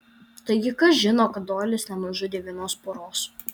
taigi kas žino kad doilis nenužudė vienos poros